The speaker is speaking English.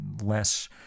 less